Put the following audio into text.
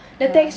(uh huh)